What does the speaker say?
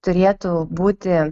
turėtų būti